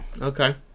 okay